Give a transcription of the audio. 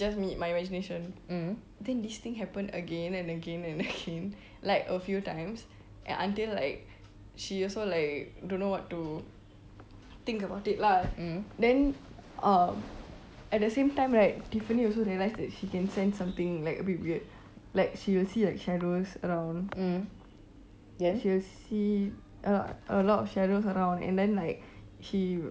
just me my imagination then this thing happen again and again and again like a few times and aunty like she also like don't know what to think about it lah then um at the same time right tiffany also realise that she can sense something like a bit weird like she will see like shadows around ya she will see a lo~ a lot of shadows around and then like she